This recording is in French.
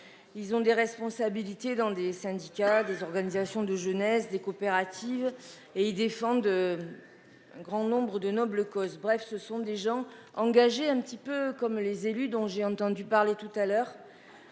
Ils ont des responsabilités dans des syndicats des organisations de jeunesse, des coopératives et ils défendent. Un grand nombre de nobles causes, bref ce sont des gens engagés un petit peu comme les élus dont j'ai entendu parler tout à l'heure.